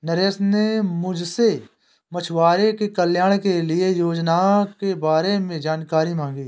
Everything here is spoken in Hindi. नरेश ने मुझसे मछुआरों के कल्याण के लिए योजना के बारे में जानकारी मांगी